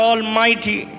Almighty